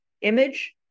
image